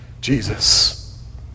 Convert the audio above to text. Jesus